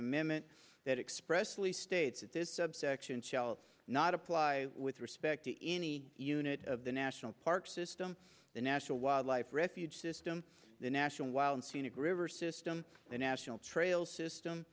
amendment that expressly states that this subsection shall not apply with respect to any unit of the national park system the national wildlife refuge system the national wild scenic river system the national trails system